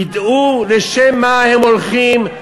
ידעו לשם מה הם הולכים,